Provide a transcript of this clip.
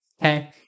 Okay